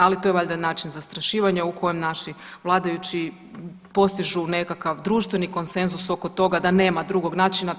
Ali to je valjda način zastrašivanja u kojem naši vladajući postižu nekakav društveni konsenzus oko toga da nema drugog načina.